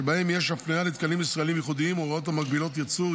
שבהם יש הפניה לתקנים ישראליים ייחודיים או הוראות המגבילות ייצור,